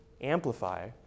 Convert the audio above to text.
amplify